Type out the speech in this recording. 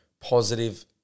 positive